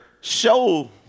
show